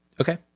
okay